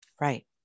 Right